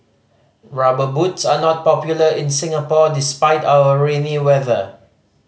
Rubber Boots are not popular in Singapore despite our rainy weather